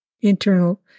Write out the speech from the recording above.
internal